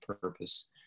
purpose